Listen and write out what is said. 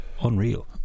unreal